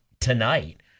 tonight